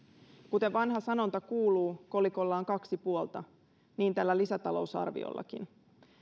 kuten vanha sanonta kuuluu kolikolla on kaksi puolta niin tällä lisätalousarviollakin